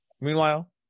meanwhile